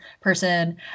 person